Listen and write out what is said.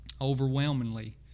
overwhelmingly